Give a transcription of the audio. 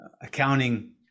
accounting